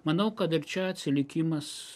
manau kad ir čia atsilikimas